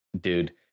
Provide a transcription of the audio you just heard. dude